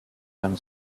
gonna